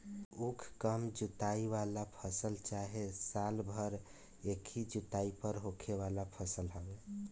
उख कम जुताई वाला फसल चाहे साल भर एकही जुताई पर होखे वाला फसल हवे